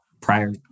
prior